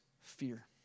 fear